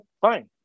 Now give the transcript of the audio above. fine